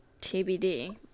TBD